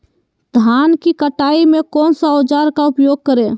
धान की कटाई में कौन सा औजार का उपयोग करे?